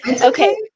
Okay